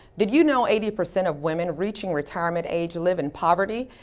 did you know eighty percent of women reaching retirement age live in poverty?